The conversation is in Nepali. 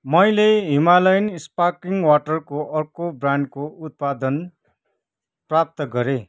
मैले हिमालयन स्पार्कलिङ वाटरको अर्को ब्रान्डको उत्पादन प्राप्त गरेँ